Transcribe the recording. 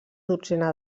dotzena